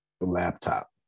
laptop